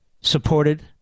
supported